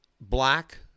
black